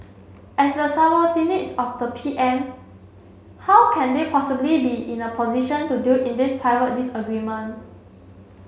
as the subordinates of the P M how can they possibly be in a position to deal in this private disagreement